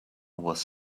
was